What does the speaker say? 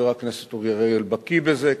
חבר הכנסת אורי אריאל בקי בזה,